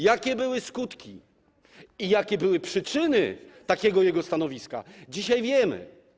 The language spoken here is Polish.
Jakie były skutki i jakie były przyczyny takiego jego stanowiska, dzisiaj wiemy.